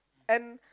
and